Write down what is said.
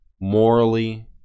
morally